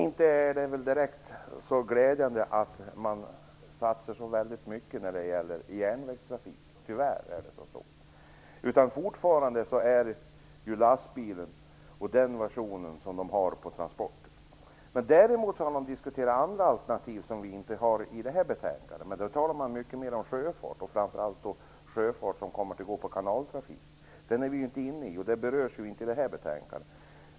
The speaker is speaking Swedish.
Det är väl inte så glädjande att man inte satsar så mycket på järnvägstrafiken. Tyvärr är det så. Fortfarande är det lastbil som gäller för transporter. Däremot har man diskuterat andra alternativ som inte finns med i det här betänkandet. Man talar mycket mer om sjöfart, och framför allt sjöfart och kanaltrafik. Det är inte aktuellt för oss, och det berörs ju inte i det här betänkandet.